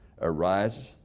arises